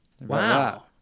Wow